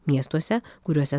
miestuose kuriuose